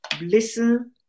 listen